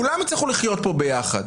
כולם יצטרכו לחיות פה ביחד.